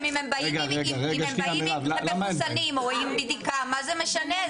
אם הם באים מחוסנים או עם בדיקה, מה זה משנה?